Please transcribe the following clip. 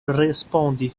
respondi